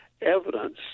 evidence